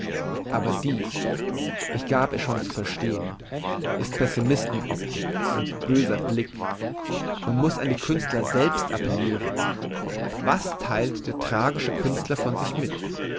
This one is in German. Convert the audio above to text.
aber dies ich gab es schon zu verstehn ist pessimisten optik und böser blick man muss an die künstler selbst appelliren was theilt der tragische künstler von sich mit